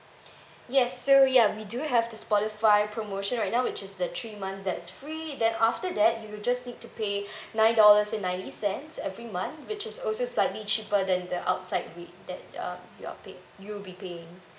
yes so ya we do have the spotify promotion right now which is the three months that's free then after that you'll just need to pay nine dollars and ninety cents every month which is also slightly cheaper than the outside rate that uh you are paying you will be paying